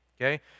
Okay